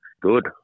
good